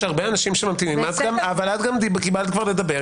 את קיבלת לדבר.